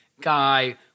guy